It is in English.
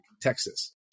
Texas